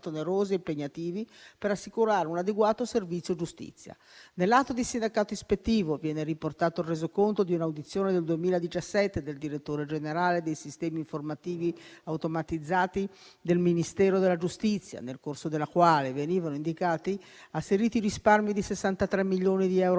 per assicurare un adeguato servizio giustizia. Nell'atto di sindacato ispettivo viene riportato il resoconto di un'audizione del 2017 del direttore generale dei sistemi informativi automatizzati del Ministero della giustizia, nel corso della quale venivano indicati asseriti risparmi di 63 milioni di euro